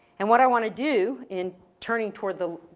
and what i wanna do in turning toward the,